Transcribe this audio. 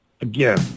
Again